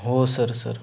हो sir sir